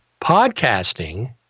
Podcasting